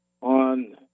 on